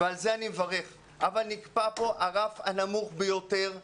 ועל זה אני מברך אבל נקבע כאן הרף הנמוך ביותר למנהלים.